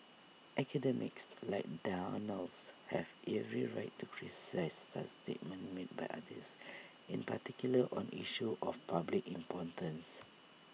academics like Donald's have every right to criticise statements made by others in particular on issues of public importance